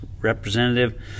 representative